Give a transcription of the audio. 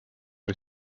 või